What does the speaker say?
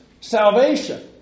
salvation